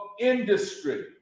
industry